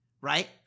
Right